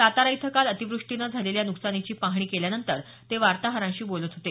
सातारा इथं काल अतिवृष्टीनं झालेल्या नुकसानीची पाहणी केल्यानंतर ते वार्ताहरांशी बोलत होते